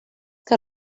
que